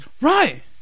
Right